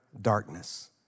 darkness